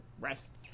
rest